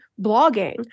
blogging